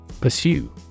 Pursue